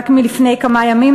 רק מלפני כמה ימים,